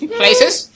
places